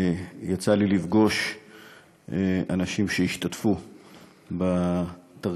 יצא לי לפגוש אנשים שהשתתפו בתרגילים